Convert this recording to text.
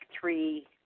three